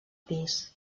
pis